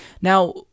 Now